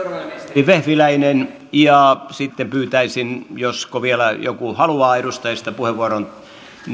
vehviläinen ja sitten pyytäisin josko vielä joku edustajista haluaa puheenvuoron niin